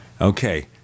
Okay